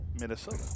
Minnesota